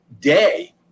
day